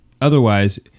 otherwise